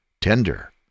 tender